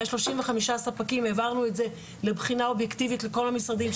מהשלושים וחמישה ספקים העברנו את זה לבחינה אובייקטיבית לכל המשרדים,